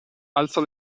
alzò